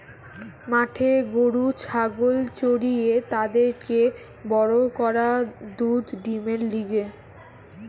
মাঠে গরু ছাগল চরিয়ে তাদেরকে বড় করা দুধ ডিমের লিগে